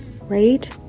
right